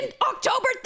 October